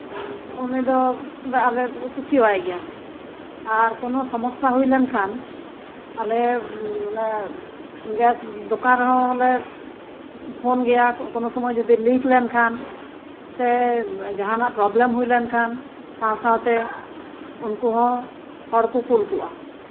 ᱩᱱᱤ ᱫᱚ ᱟᱞᱮ ᱫᱚᱞᱮ ᱠᱩᱥᱤᱟᱭ ᱜᱮᱭᱟ ᱟᱨ ᱠᱳᱱᱳ ᱥᱚᱢᱚᱥᱥᱟ ᱦᱩᱭ ᱞᱮᱱᱠᱷᱟᱱ ᱜᱮᱥ ᱫᱚᱠᱟᱱ ᱨᱮᱦᱚᱸ ᱞᱮ ᱯᱷᱳᱱ ᱜᱮᱭᱟ ᱠᱳᱱᱳ ᱥᱚᱢᱚᱭ ᱡᱚᱫᱤ ᱞᱤᱠ ᱞᱮᱱᱠᱷᱟᱱ ᱥᱮ ᱡᱟᱸᱦᱟᱱᱟᱜ ᱯᱨᱚᱵᱮᱞᱮᱢ ᱦᱩᱭ ᱞᱮᱱᱠᱷᱟᱱ ᱥᱟᱶ ᱥᱟᱶᱛᱮ ᱩᱱᱠᱩ ᱦᱚᱸ ᱦᱚᱲ ᱠᱚᱠᱚ ᱦᱤᱡᱩᱜᱼᱟ